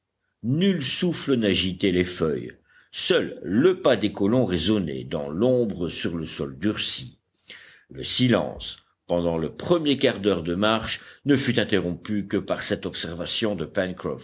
nul souffle n'agitait les feuilles seul le pas des colons résonnait dans l'ombre sur le sol durci le silence pendant le premier quart d'heure de marche ne fut interrompu que par cette observation de